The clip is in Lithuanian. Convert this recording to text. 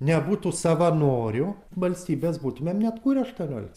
nebūtų savanorių valstybės būtumėm neatkūrę aštuonioliktais